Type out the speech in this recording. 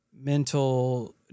mental